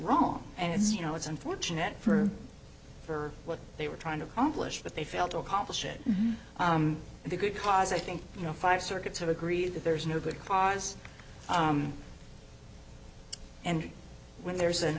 wrong and it's you know it's unfortunate for what they were trying to accomplish but they failed to accomplish it and the good cause i think you know five circuits have agreed that there is no good cause and when there's an